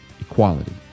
equality